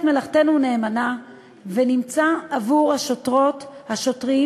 מלאכתנו נאמנה ונמצא עבור השוטרות והשוטרים